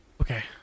okay